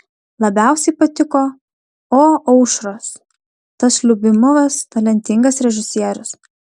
labiausiai patiko o aušros tas liubimovas talentingas režisierius